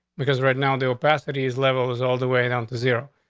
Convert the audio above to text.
because right now, the capacities level is all the way down to zero.